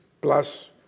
plus